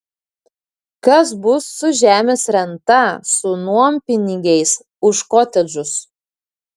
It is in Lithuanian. kas bus su žemės renta su nuompinigiais už kotedžus